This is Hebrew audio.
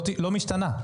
לא משתנים.